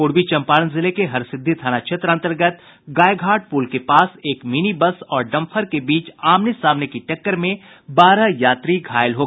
पूर्वी चंपारण जिले में हरसिद्दी थाना क्षेत्र अंतर्गत गायघाट पुल के पास एक मिनी बस और डम्पर के बीच आमने सामने की टक्कर में बारह यात्री घायल हो गये